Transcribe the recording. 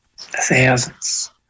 thousands